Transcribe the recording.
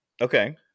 Okay